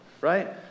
right